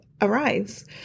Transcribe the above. Arrives